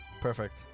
perfect